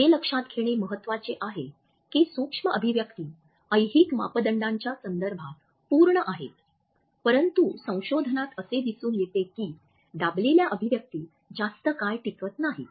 हे लक्षात घेणे महत्वाचे आहे की सूक्ष्म अभिव्यक्ती ऐहिक मापदंडाच्या संदर्भात पूर्ण आहेत परंतु संशोधनात असे दिसून येते की 'दाबलेल्या अभिव्यक्ती' जास्त काळ टिकत नाहीत